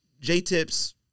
J-tips